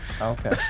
Okay